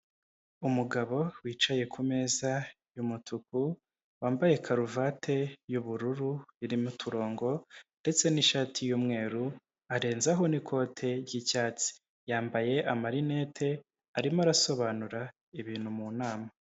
Umugabo wicaye ku meza y'umutuku, wambaye karuvati y'ubururu irimo uturongo ndetse n'ishati y'umweru arenzaho n'ikote ry'icyatsi, yambaye amarinete arimo arasobanura ibintu mu nama.